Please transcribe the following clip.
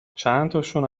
چندتاشون